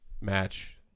match